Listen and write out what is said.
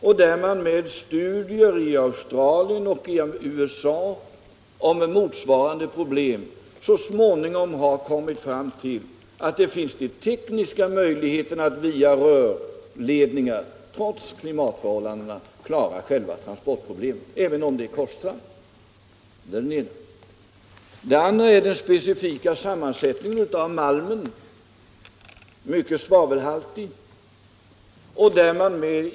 Efter studier av motsvarande problem i Australien och USA har man så småningom kommit fram till att det finns tekniska möjligheter att via rörledningar trots klimatförhållandena klara själva transportproblemet, även om det är kostsamt. Det andra problemet är den speciella sammansättningen av malmen — den är mycket svavelhaltig.